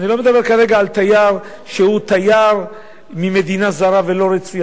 אני לא מדבר כרגע על תייר שהוא תייר ממדינה זרה ולא רצויה,